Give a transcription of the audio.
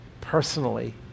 personally